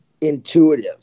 intuitive